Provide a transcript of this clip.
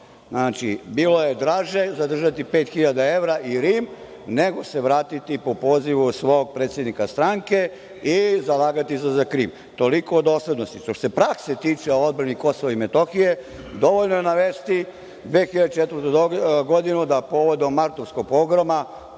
Znači, bilo je draže zadržati 5.000 evra i Rim, nego se vratiti po pozivu svog predsednika stranke i zalagati se za Krim. Toliko o doslednosti. Što se prakse tiče o odbrani KiM, dovoljno je navesti 2004. godinu, da povodom martovskog pogroma